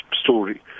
story